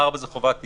(4) זה חובת יידוע.